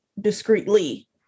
discreetly